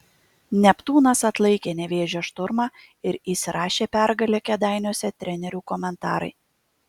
neptūnas atlaikė nevėžio šturmą ir įsirašė pergalę kėdainiuose trenerių komentarai